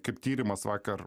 kaip tyrimas vakar